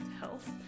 health